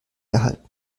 erhalten